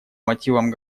мотивам